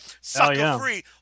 sucker-free